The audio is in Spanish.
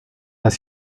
las